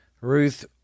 Ruth